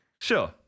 Sure